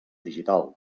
digital